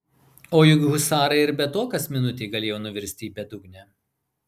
o juk husarai ir be to kas minutė galėjo nuvirsti į bedugnę